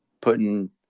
putting